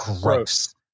Gross